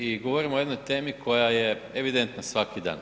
I govorimo o jednoj temi koja je evidentna svaki dan.